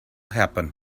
happen